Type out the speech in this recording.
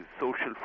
social